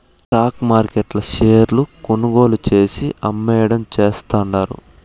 stock మార్కెట్ల షేర్లు కొనుగోలు చేసి, అమ్మేయడం చేస్తండారు